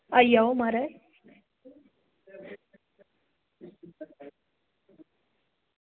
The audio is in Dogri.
आई जाओ म्हाराज